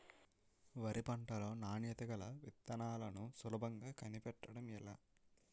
వరి పంట లో నాణ్యత గల విత్తనాలను సులభంగా కనిపెట్టడం ఎలా?